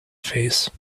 face